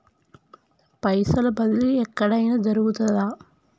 పైసల బదిలీ ఎక్కడయిన జరుగుతదా?